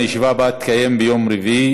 הישיבה הבאה תתקיים ביום שני,